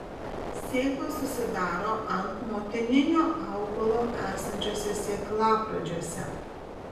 sėklos susidaro ant motininio augalo esančiuose sėklapradžiuose